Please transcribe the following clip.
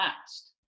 last